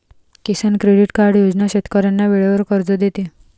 किसान credit card योजना शेतकऱ्यांना वेळेवर कर्ज देते